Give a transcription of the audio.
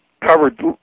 covered